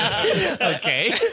Okay